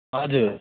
हजुर